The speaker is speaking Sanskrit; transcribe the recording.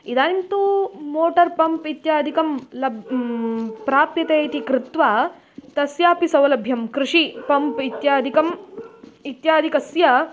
इदानीं तु मोटर् पम्प् इत्यादिकं लब् प्राप्यते इति कृत्वा तस्यापि सौलभ्यं कृषि पम्प् इत्यादिकम् इत्यादिकस्य